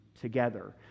together